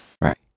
Right